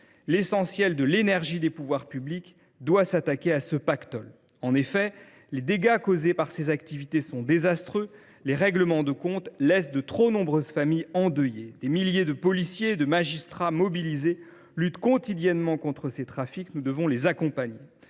L’essentiel de l’énergie des pouvoirs publics doit être utilisé pour s’attaquer à ce pactole. En effet, ces activités ont des effets désastreux. Les règlements de compte laissent de trop nombreuses familles endeuillées. Des milliers de policiers et de magistrats mobilisés luttent quotidiennement contre ces trafics. Nous devons les accompagner.